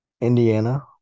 Indiana